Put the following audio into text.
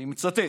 אני מצטט: